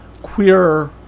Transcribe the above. queer